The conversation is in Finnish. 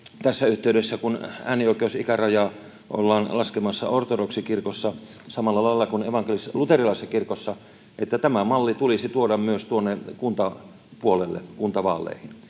tässä yhteydessä, kun äänioikeusikärajaa ollaan laskemassa ortodoksikirkossa samalla lailla kuin evankelis-luterilaisessa kirkossa, tämä malli tulisi tuoda myös tuonne kuntapuolelle kuntavaaleihin,